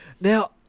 Now